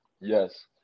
Yes